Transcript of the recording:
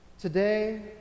Today